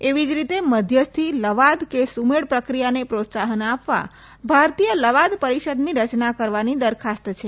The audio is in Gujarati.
એવી જ રીતે મધ્યસ્થી લવાદ કે સુમેળ પ્રક્રિયાને પ્રોત્સાહન આપવા ભારતીય લવાદ પરિષદની રચના કરવાની દરખાસ્ત છે